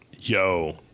Yo